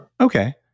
Okay